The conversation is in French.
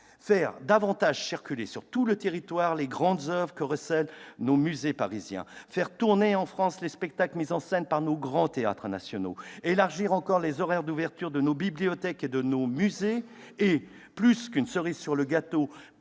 Faire davantage circuler sur tout le territoire les grandes oeuvres que recèlent nos musées parisiens, faire tourner en France les spectacles mis en scène par nos grands théâtres nationaux, élargir encore les horaires d'ouverture de nos bibliothèques et de nos musées et- plus qu'une cerise sur le gâteau